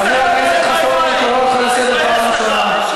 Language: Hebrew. חבר הכנסת חסון, אני קורא אותך לסדר פעם ראשונה.